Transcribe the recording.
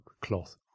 cloth